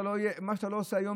מה שאתה לא עושה היום,